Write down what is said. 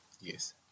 yes